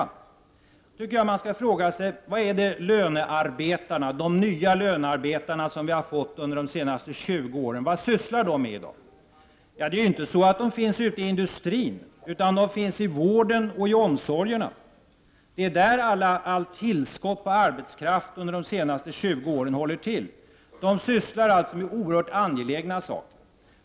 Då tycker jag att man skall fråga sig vad lönearbetarna, de nya lönearbetarna som vi har fått under de senaste tjugo åren, sysslar med i dag. De finns inte i industrin, utan de finns i vården och omsorgen. Det är där allt tillskott på arbetskraft under de senaste tjugo åren håller till: De sysslar således med oerhört angelägna saker.